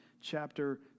chapter